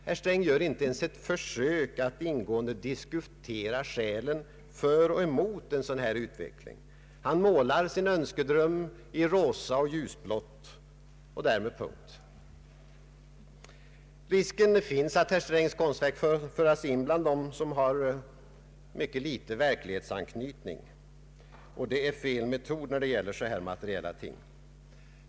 Herr Sträng gör inte ens ett försök att ingående diskutera skäl för och emot en dylik utveckling. Han målar sin önskedröm i rosa och ljusblått, och därmed punkt. Risken finns att herr Strängs konstverk får föras in bland dem som har mycket litet verklighetsanknytning. Och det är fel metod när det gäller så materiella ting.